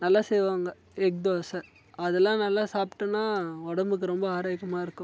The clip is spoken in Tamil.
நல்லா செய்வாங்க எக் தோசை அதெல்லாம் நல்லா சாப்பிட்டன்னா உடம்புக்கு ரொம்ப ஆரோக்கியமாக இருக்கும்